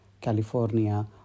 California